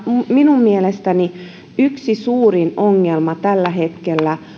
minun mielestäni yksi suurin ongelma tällä hetkellä